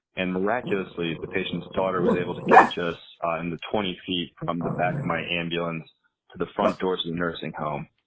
and miraculously, the patient's daughter was able to catch us ah in the twenty feet from the back of my ambulance to the front doors of the nursing home.